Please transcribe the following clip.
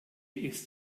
ist